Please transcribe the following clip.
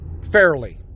Fairly